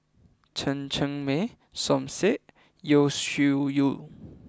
Chen Cheng Mei Som Said and Yeo Shih Yun